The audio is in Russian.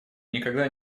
никогда